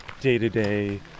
day-to-day